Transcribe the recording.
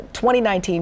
2019